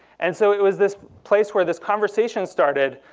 and so it was this place where this conversation started,